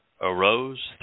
arose